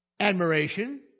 Admiration